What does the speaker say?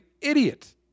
idiot